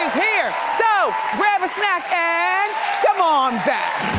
here. so grab a snack and come on back.